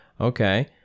Okay